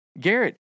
Garrett